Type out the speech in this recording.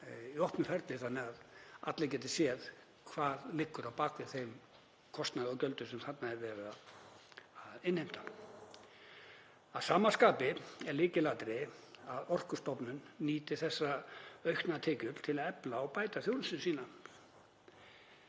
í opnu ferli þannig að allir geti séð hvað liggur að baki þeim kostnaði og gjöldum sem þarna er verið að innheimta. Að sama skapi er lykilatriði að Orkustofnun nýti þessar auknu tekjur til að efla og bæta þjónustu sína.